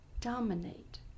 dominate